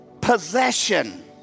possession